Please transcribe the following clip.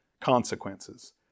consequences